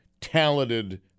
talented